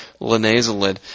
linazolid